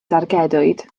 dargedwyd